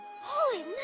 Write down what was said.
Holy